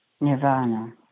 Nirvana